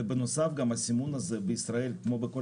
בנוסף גם הסימון הזה בישראל כמו בכל